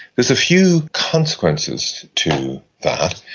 there's a few consequences to that.